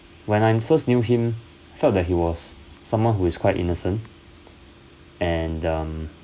when I first knew him felt that he was someone who is quite innocent and um